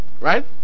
Right